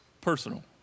personal